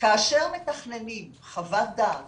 כאשר מתכננים חוות דעת